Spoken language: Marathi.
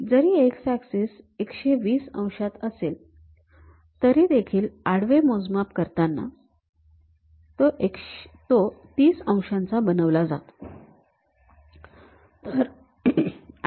जरी ऍक्सिस १२० अंशात असेल तरीदेखील आडवे मोजमाप करताना तो ३० अंशाचा बनवला जातो